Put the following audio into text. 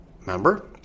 Remember